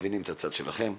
מבינים את הצד שלכם,